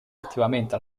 attivamente